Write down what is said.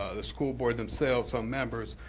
ah the school board themselves, some members,